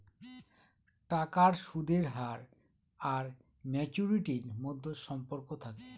টাকার সুদের হার আর ম্যাচুরিটির মধ্যে সম্পর্ক থাকে